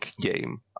game